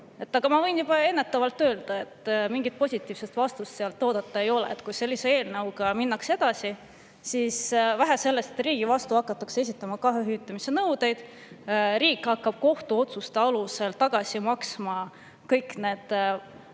Aga ma võin juba ennetavalt öelda, et mingit positiivset vastust sealt oodata ei ole. Kui sellise eelnõuga minnakse edasi, siis vähe sellest, et riigi vastu hakatakse esitama kahju hüvitamise nõudeid, riik hakkab kohtuotsuste alusel tagasi maksma kõiki neid